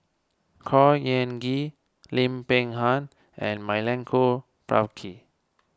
Khor Ean Ghee Lim Peng Han and Milenko Prvacki